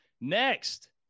next